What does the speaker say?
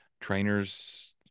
trainers